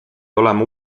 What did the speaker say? olema